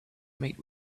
meet